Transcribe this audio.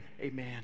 amen